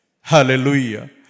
Hallelujah